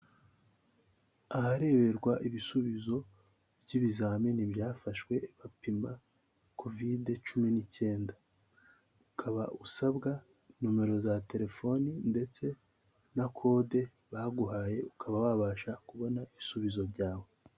Ahareberwa ibisubizo by'ibizamini byafashwe bapima Kovide cumi n'icyenda. Ukaba usabwa nimero za telefoni ndetse na kode baguhaye, ukaba wabasha kubona ibisubizo byawe.